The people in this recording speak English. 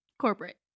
Corporate